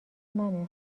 منه